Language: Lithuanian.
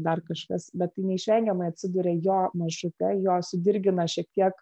dar kažkas bet tai neišvengiamai atsiduria jo maršrute jo sudirgina šiek tiek